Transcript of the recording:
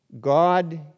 God